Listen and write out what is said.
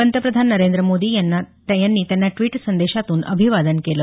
पंतप्रधान नरेंद्र मोदी यांनी त्यांना ड्विट संदेशातून अभिवादन केलं